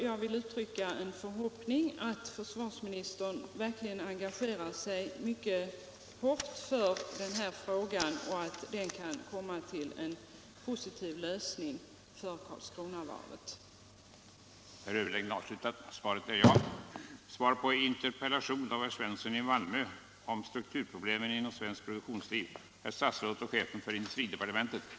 Jag vill uttrycka en förhoppning att försvarsministern verkligen enga gerar sig mycket hårt i den här frågan, så att den kan få en positiv lösning för Karlskronavarvets del.